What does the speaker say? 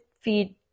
feed